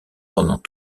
pendant